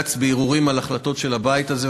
לבג"ץ בערעורים על החלטות של הבית הזה,